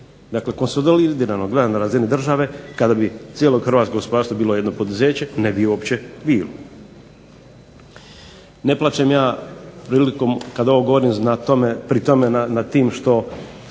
Dakle, konsolidirano gledano na razini države kada bi cijelo hrvatsko gospodarstvo bilo jedno poduzeće ne bi uopće bilo. Ne plačem ja prilikom, kad ovo govorim pri tome nad tim što